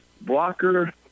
Blocker